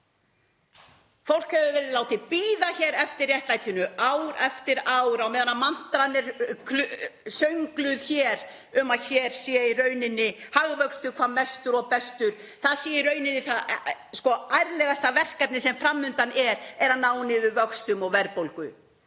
Fólk hefur verið látið bíða eftir réttlætinu ár eftir ár á meðan mantran er söngluð um að hér sé hagvöxtur hvað mestur og bestur, að það sé í rauninni ærlegasta verkefnið sem fram undan er að ná niður vöxtum og verðbólgu.